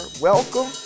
Welcome